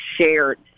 shared